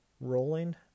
rolling